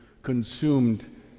consumed